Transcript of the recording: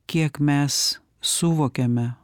kiek mes suvokėme